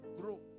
grow